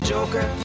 Joker